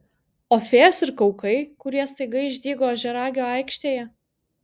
o fėjos ir kaukai kurie staiga išdygo ožiaragio aikštėje